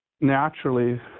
naturally